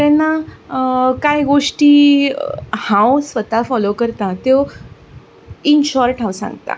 तेन्ना कांय गोश्टी हांव स्वता फोलो करता त्यो इन शोर्ट हांव सांगतां